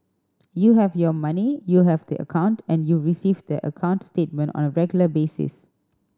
you have your money you have the account and you receive the account statement on a regular basis